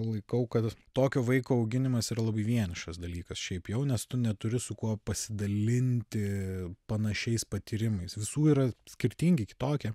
laikau kad tokio vaiko auginimas yra labai vienišas dalykas šiaip jau nes tu neturi su kuo pasidalinti panašiais patyrimais visų yra skirtingi kitokie